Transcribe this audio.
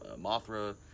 Mothra